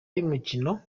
y’umukino